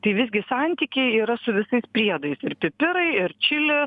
tai visgi santykiai yra su visais priedais ir pipirai ir čili